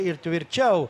ir tvirčiau